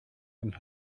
und